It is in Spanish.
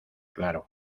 claro